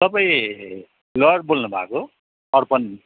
तपाईँ लयर बोल्नु भएको हो अर्पण